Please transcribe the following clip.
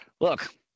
Look